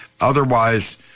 Otherwise